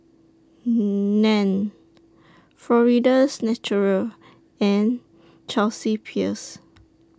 NAN Florida's Natural and Chelsea Peers